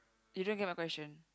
you don't get my question